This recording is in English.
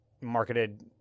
marketed